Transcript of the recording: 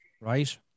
right